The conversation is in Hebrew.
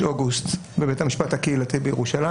אוגוסט בבית המשפט הקהילתי בירושלים.